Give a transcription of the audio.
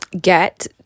get